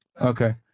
Okay